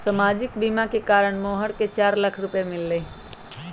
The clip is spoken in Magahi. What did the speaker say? सामाजिक बीमा के कारण मोहन के चार लाख रूपए मिल लय